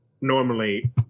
Normally